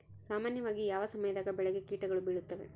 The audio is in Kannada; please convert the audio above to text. ಸಾಮಾನ್ಯವಾಗಿ ಯಾವ ಸಮಯದಾಗ ಬೆಳೆಗೆ ಕೇಟಗಳು ಬೇಳುತ್ತವೆ?